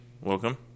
Welcome